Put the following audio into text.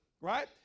right